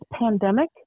pandemic